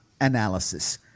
analysis